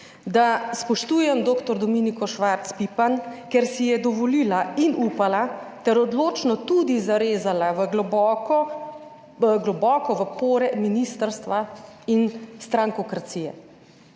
da spoštujem dr. Dominiko Švarc Pipan, ker si je dovolila in upala ter odločno tudi zarezala v globoko, globoko v pore ministrstva in strankokracije.